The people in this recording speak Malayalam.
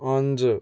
അഞ്ച്